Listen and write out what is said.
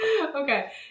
Okay